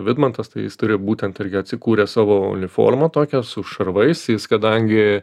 vidmantas tai jis turi būtent irgi atsikūręs savo uniformą tokią su šarvais jis kadangi